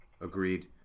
Agreed